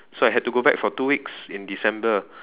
so I had to go back for two weeks in December